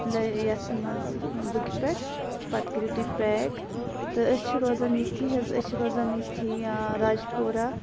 یَتھ منٛز بُکہِ پٮ۪ٹھ پَتہٕ کٔرِو تُہۍ پیک تہٕ أسۍ چھِ روزان یُتھُے حظ أسۍ چھِ روزان یُتھُے راجپورہ